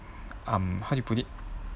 um how you put it